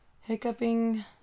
hiccuping